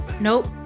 Nope